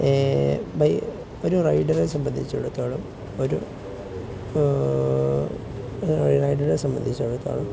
by ഒരു റൈഡറെ സംബന്ധിച്ചിടത്തോളം ഒരു റൈഡറെ സംബന്ധിച്ചിടത്തോളം